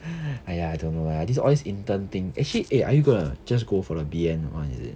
!aiya! I don't know lah this all this intern thing actually eh are you gonna just go for the B N one is it